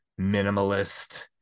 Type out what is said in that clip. minimalist